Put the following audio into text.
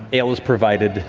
ale is provided,